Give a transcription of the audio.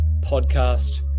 podcast